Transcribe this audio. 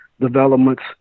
developments